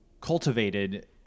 cultivated